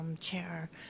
chair